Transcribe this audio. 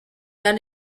not